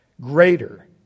greater